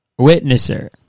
Witnesser